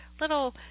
little